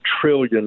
trillion